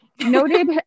noted